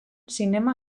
zinema